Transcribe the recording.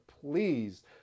please